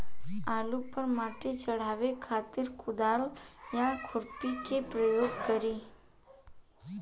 आलू पर माटी चढ़ावे खातिर कुदाल या खुरपी के प्रयोग करी?